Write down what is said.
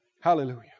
Hallelujah